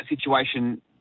situation